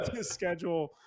Schedule